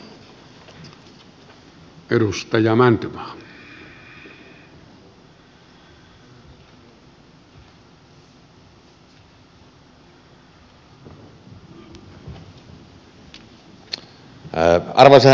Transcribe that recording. arvoisa herra puhemies